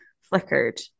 Flickered